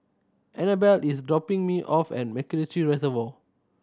Anabel is dropping me off at MacRitchie Reservoir